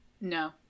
no